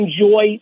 enjoy